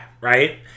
right